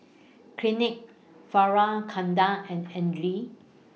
Clinique Fjallraven Kanken and Andre